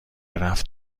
رفت